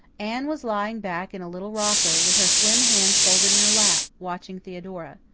anne was lying back in a little rocker, with her slim hands folded in her lap, watching theodora.